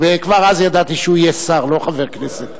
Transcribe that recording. וכבר אז ידעתי שהוא יהיה שר, לא חבר הכנסת.